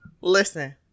Listen